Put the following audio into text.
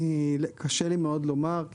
קשה לי מאוד לומר.